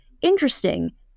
interesting